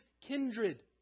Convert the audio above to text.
kindred